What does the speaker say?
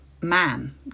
man